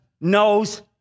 knows